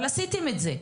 אבל עשיתם את זה.